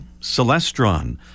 Celestron